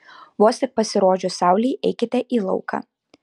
vos tik pasirodžius saulei eikite į lauką